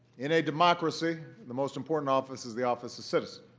in a democracy, the most important office is the office of citizen.